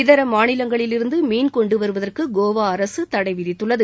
இதர மாநிலங்களிலிருந்து மீன் கொண்டுவருவதற்கு கோவா அரசு தடை விதித்துள்ளது